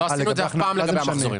לא עשינו את זה אף פעם לגבי המחזורים.